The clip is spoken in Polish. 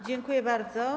Dziękuję bardzo.